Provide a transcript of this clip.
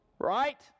right